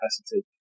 capacity